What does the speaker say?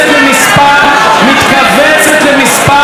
למספר חד-ספרתי,